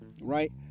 Right